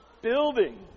building